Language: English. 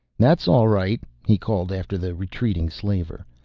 that's all right, he called after the retreating slaver,